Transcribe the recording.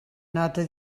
nota